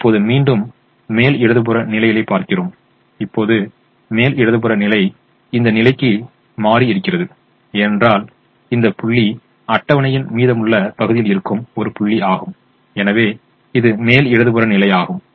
இப்போது மீண்டும் மேல் இடது புற நிலையைப் பார்க்கிறோம் இப்போது மேல் இடது புற நிலை இந்த நிலைக்கு மாறி இருக்கிறது ஏனென்றால் இந்த புள்ளி அட்டவணையின் மீதமுள்ள பகுதில் இருக்கும் ஒரு புள்ளி ஆகும் எனவே இது மேல் இடது புற நிலையாகும்